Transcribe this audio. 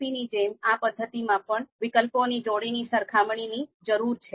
AHP ની જેમ આ પદ્ધતિમાં પણ વિકલ્પોની જોડીની સરખામણીની જરૂર છે